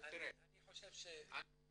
עושה כל שנה לגבי כל דיון ודיון שאתה מקיים.